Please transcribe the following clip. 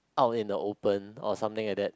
out in the open or something like that